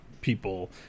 people